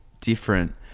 different